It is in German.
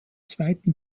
zweiten